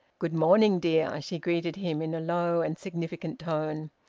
good morning, dear, she greeted him in a low and significant tone.